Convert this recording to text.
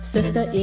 Sister